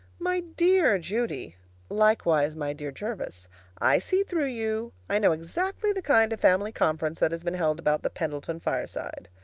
my dear judy likewise my dear jervis i see through you! i know exactly the kind of family conference that has been held about the pendleton fireside.